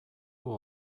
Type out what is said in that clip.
dut